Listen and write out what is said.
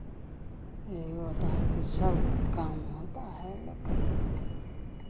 एगो होता है कि सब काम होता है लोग के